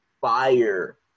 fire